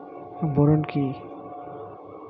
Boron কি?